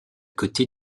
côté